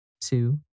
two